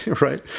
right